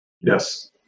Yes